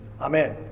Amen